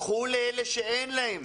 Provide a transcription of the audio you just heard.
קחו לאלו שאין להם